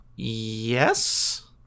yes